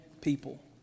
people